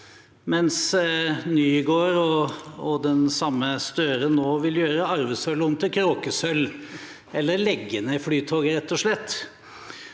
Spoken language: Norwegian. råd Nygård og den samme Støre nå vil gjøre arvesølvet om til kråkesølv – eller legge ned Flytoget, rett og slett.